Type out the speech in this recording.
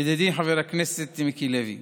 ידידי חבר הכנסת מיקי לוי,